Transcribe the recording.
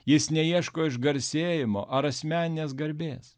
jis neieško išgarsėjimo ar asmeninės garbės